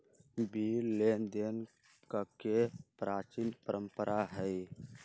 bill लेनदेन कके प्राचीन परंपरा हइ